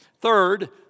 Third